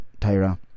Tyra